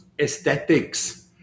aesthetics